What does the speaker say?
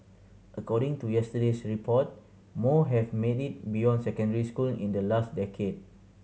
according to yesterday's report more have made it beyond secondary school in the last decade